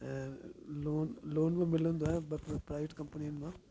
ऐं loan loan बि मिलंदो आहे पर प्राइवेट कंपनीअ मां